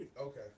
Okay